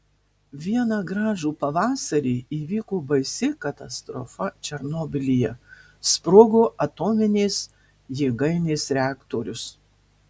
vieną gražų pavasarį įvyko baisi katastrofa černobylyje sprogo atominės jėgainės reaktorius